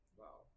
wow